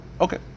Okay